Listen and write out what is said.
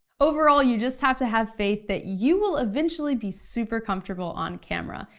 overall, you just have to have faith that you will eventually be super comfortable on camera.